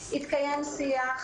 התקיים שיח,